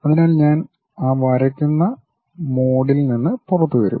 അതിനാൽ ഞാൻ ആ വരക്കുന്ന മോഡിൽ നിന്ന് പുറത്തുവരും